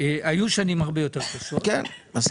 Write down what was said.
שהיו שנים הרבה יותר קשות -- כן, מסכים.